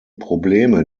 probleme